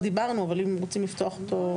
דיברנו אבל אם אתם רוצים לפתוח אותו.